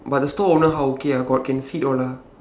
but the store owner how okay ah got can sit all ah